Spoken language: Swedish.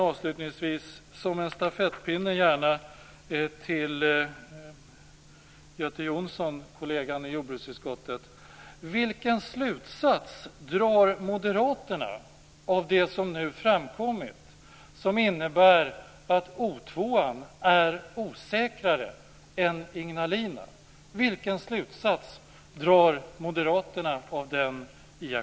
Avslutningsvis och som en stafettpinne till Göte Jonsson, kollegan i jordbruksutskottet, går frågan: Vilken slutsats drar Moderaterna av den iakttagelse som nu framkommit och som innebär att O 2 är osäkrare än Ignalina?